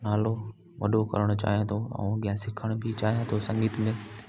नालो वॾो करणु चाहियां थो ऐं अॻियां सिखण बि चाहियां थो संगीत में